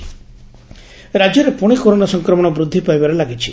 corona ଓଡ଼ିଶା ରାଜ୍ୟରେ ପୁଶି କରୋନା ସଂକ୍ରମଣ ବୃଦ୍ଧି ପାଇବାରେ ଲାଗିଛି